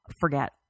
forget